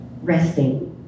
resting